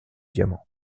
diamants